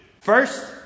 First